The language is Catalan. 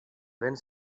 vent